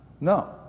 No